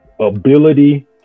ability